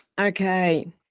Okay